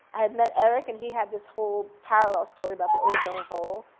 i had met erik and he had this whole parallel story about the ozone hole.